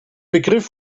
begriff